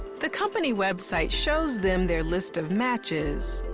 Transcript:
the company website shows them their list of matches.